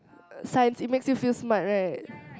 Science it makes you feel smart right